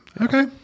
Okay